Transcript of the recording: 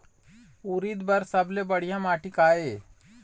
उरीद बर सबले बढ़िया माटी का ये?